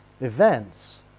events